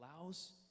allows